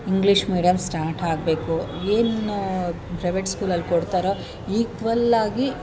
English medium ಸ್ಟಾರ್ಟಾಗಬೇಕು ಏನನ್ನ private ಸ್ಕೂಲಲ್ಲಿ ಕೊಡ್ತಾರೊ ಈಕ್ವಲ್ ಆಗಿ